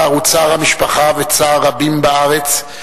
הצער הוא צער המשפחה וצער רבים בארץ.